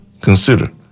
consider